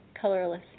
colorless